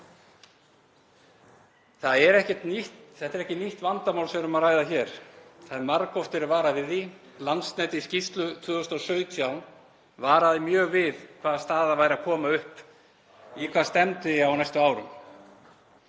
Þetta er ekki nýtt vandamál sem við erum að ræða hér. Það hefur margoft verið varað við því. Landsnet í skýrslu 2017 varaði mjög við því hvaða staða væri að koma upp og í hvað stefndi á næstu árum.